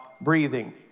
breathing